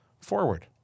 forward